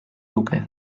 nuke